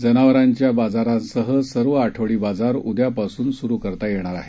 जनावरांच्या बाजारांसह सर्व आठवडी बाजार उद्यापासून सुरु करता येतील